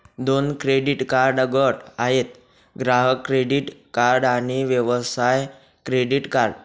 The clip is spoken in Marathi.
दोन क्रेडिट कार्ड गट आहेत, ग्राहक क्रेडिट कार्ड आणि व्यवसाय क्रेडिट कार्ड